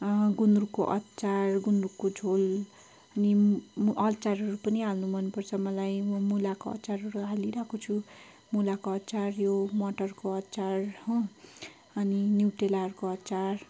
गुन्द्रुकको अचार गुन्द्रुकको झोल निम् अचारहरू पनि हाल्नु मनपर्छ मलाई मुलाको अचारहरू हालिरहेको छु मुलाको अचार यो मटरको अचार हो अनि न्युट्रेलाहरूको अचार